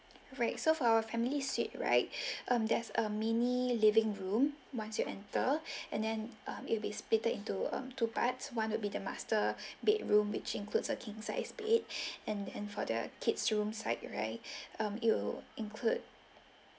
right so for our family suite right um there's a mini living room once you enter and then ah it'll be split into two parts one would be the master bedroom which includes a king's size bed and then for the kids room side right um it will include